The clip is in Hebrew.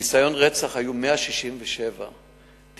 ניסיון רצח, היו 167 תיקים,